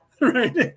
right